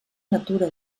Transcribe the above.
natura